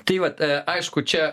tai vat aišku čia